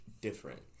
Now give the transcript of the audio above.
different